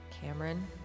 Cameron